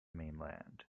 mainland